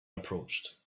approached